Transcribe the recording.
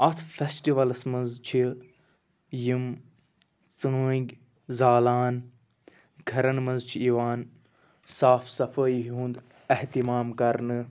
اَتھ فٮ۪سٹِوَلَس منٛز چھِ یِم ژٲنگۍ زالان گرَن منٛز چھِ یِوان صاف صفٲیی ہُند اَحتمام کرنہٕ